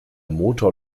motor